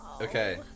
Okay